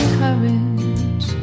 courage